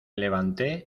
levanté